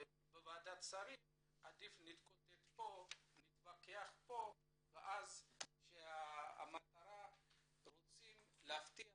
עדיף להתקוטט ולהתווכח פה והמטרה שרוצים להבטיח